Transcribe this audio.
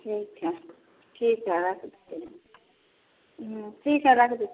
ठीक है ठीक है रख देते हैं ठीक है रख दिज